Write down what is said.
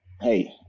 hey